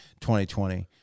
2020